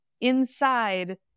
inside